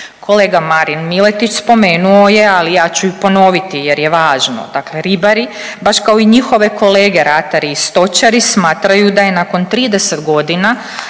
Kolega Marin Miletić spomenuo je, ali ja ću i ponoviti jer je važno. Dakle, ribari baš kao i njihove kolege ratari i stočari smatraju da je nakon 30 godina,